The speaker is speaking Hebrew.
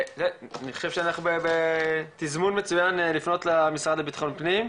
אני חושב שאנחנו בתזמון מצוין לפנות למשרד לבטחון פנים.